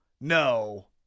no